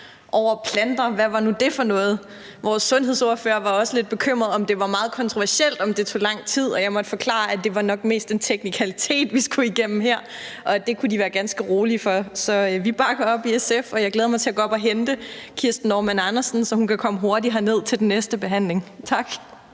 over planter, for hvad var det for noget? Vores sundhedsordfører var også lidt bekymret for, om det var meget kontroversielt, om det tog lang tid, og jeg måtte forklare, at det nok mest var en teknikalitet, vi skulle igennem med her, så det kunne de være ganske rolige med. Så vi bakker op i SF, og jeg glæder mig til at gå op og hente Kirsten Normann Andersen, så hun kan komme hurtigt herned til den næste behandling. Tak.